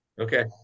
Okay